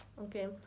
Okay